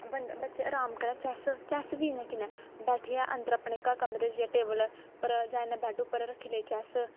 बं बच्चे अराम कन्नै चैस्स चैस्स बी इ'यां कियां बैठियै अंदर अपने कमरे च जां टेबल पर जां इ'यां बैड्ड उप्पर रक्खी लेई चैस्स